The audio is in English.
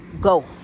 go